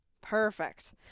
Perfect